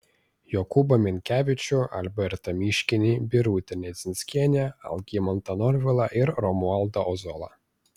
jokūbą minkevičių albertą miškinį birutę nedzinskienę algimantą norvilą ir romualdą ozolą